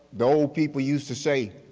the old people used to say,